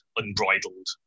unbridled